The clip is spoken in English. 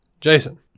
jason